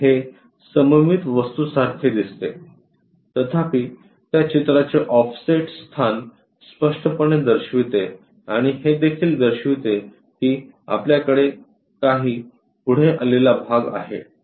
येथे हे सममित वस्तूसारखे दिसते तथापि त्या चित्राचे ऑफसेट स्थान स्पष्टपणे दर्शविते आणि हे देखील दर्शविते की आपल्याकडे काही पुढे आलेला भाग आहे